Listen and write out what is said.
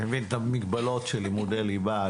אני מבין את המגבלות של לימודי ליבה.